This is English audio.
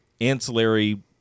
ancillary